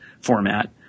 format